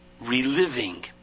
reliving